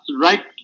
right